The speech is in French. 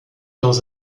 dans